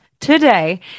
today